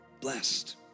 blessed